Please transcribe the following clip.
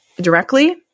directly